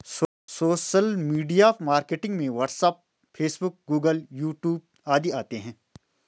social media marketing में WhatsApp Facebook Google YouTube आदि आते है